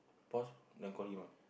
pause then him ah